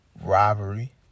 Robbery